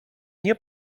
nie